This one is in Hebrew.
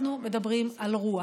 אנחנו מדברים על רוח.